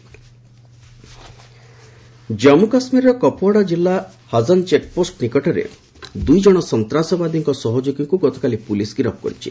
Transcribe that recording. JK arrest Jammu କାଶ୍ମୀରର କପୁଓ୍ୱାଡ଼ା ଜିଲ୍ଲା ହଜନ ଚେକପୋଷ୍ଟ ନିକଟରେ ଦୁଇଜଣ ସନ୍ତାସବାଦୀଙ୍କ ସହଯୋଗୀଙ୍କୁ ଗତକାଲି ପୁଲିସ୍ ଗିରଫ କରିଛି